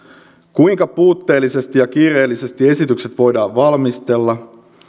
kuinka puutteellisesti ja kiireellisesti esitykset voidaan valmistella